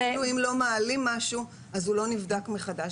כאילו אם לא מעלים משהו אז הוא לא נבדק מחדש,